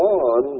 on